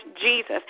Jesus